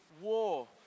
war